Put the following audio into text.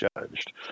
judged